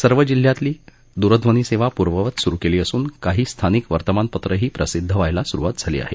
सर्व जिल्ह्यातली दूरध्वनीसेवा पूर्ववत सुरु केली असून काही स्थानिक वर्तमानपत्रंही प्रसिद्ध व्हायला सुरुवात झाली आहे